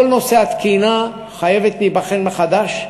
כל נושא התקינה חייב להיבחן מחדש.